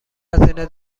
هزینه